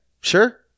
sure